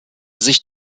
sich